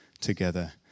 together